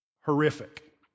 horrific